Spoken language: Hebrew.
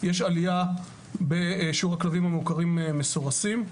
יש עלייה בשיעור הכלבים המעוקרים ומסורסים.